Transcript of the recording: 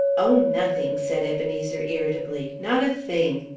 oh, nothing, said ebenezer, irritably, not a thing.